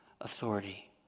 authority